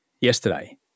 yesterday